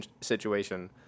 situation